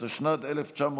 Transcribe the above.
התשנ"ד 1994,